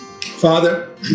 Father